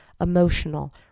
emotional